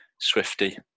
Swifty